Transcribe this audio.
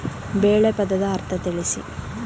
ಬೆಳೆ ಪದದ ಅರ್ಥ ತಿಳಿಸಿ?